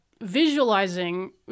visualizing